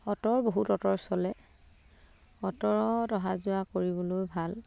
অ'টোৰ বহুত অ'টোৰ চলে অ'টোত অহা যোৱা কৰিবলৈ ভাল